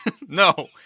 No